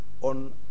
on